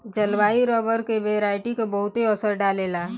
जलवायु रबर के वेराइटी के बहुते असर डाले ला